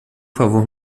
favor